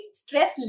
stress